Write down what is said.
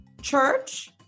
church